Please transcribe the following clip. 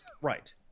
Right